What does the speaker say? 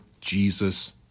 Jesus